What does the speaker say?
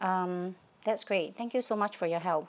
um that's great thank you so much for your help